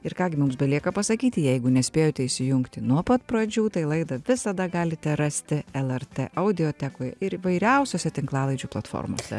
ir ką gi mums belieka pasakyti jeigu nespėjote įsijungti nuo pat pradžių tai laidą visada galite rasti lrt audiotekoj ir įvairiausiose tinklalaidžių platformose